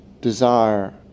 desire